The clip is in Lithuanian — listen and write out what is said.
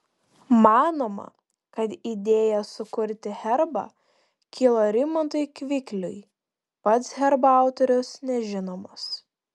manoma kad idėja sukurti herbą kilo rimantui kvikliui pats herbo autorius nežinomas